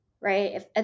right